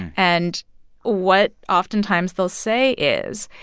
and what oftentimes they'll say is,